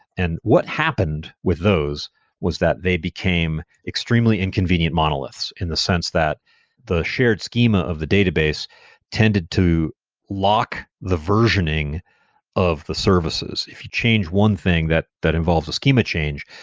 and what happened with those was that they became extremely inconvenient monoliths in the sense that the shared schema of the database tended to lock the versioning of the services. if you change one thing that that involves the schema change,